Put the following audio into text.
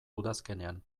udazkenean